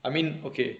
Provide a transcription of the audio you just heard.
I mean okay